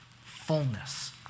fullness